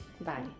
Bye